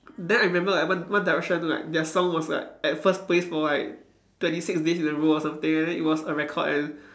then I remember like one one direction like their song was like at first place for like twenty six days in a row or something and then it was a record and